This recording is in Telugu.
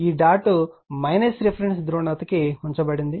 ఈ డాట్ రిఫరెన్స్ ధ్రువణతకు ఉంచబడుతుంది